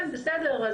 כן בסדר,